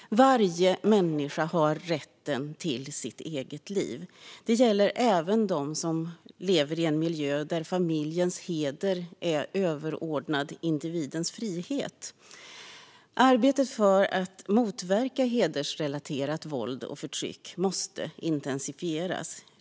Varje människa har rätten till sitt eget liv. Det gäller även dem som lever i en miljö där familjens heder är överordnad individens frihet. Arbetet för att motverka hedersrelaterat våld och förtryck måste intensifieras.